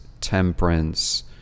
temperance